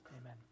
amen